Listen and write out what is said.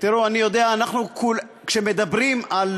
כשמדברים על